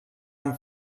amb